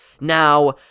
Now